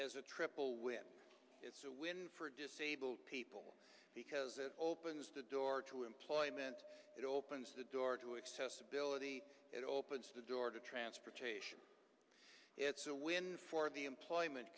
is a triple win it's a win for do siebel people because it opens the door to employment it opens the door to excess ability it opens the door to transportation it's a win for the employment